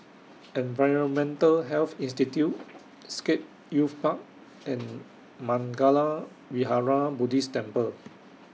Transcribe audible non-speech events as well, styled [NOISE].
[NOISE] Environmental Health Institute Scape Youth Park and Mangala Vihara Buddhist Temple